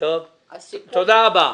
תודה רבה.